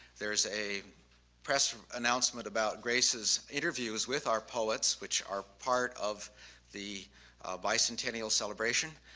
there's a press announcement about grace's interviews with our poets, which are part of the bicentennial celebration.